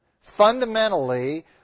Fundamentally